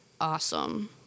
awesome